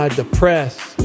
depressed